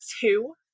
Two